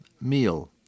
meal